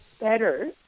better